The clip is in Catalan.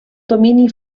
domini